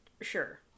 sure